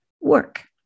work